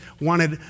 wanted